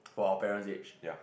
for our parent's age